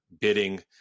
bidding